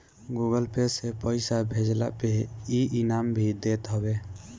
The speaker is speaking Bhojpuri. गूगल पे से पईसा भेजला पे इ इनाम भी देत हवे